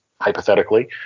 hypothetically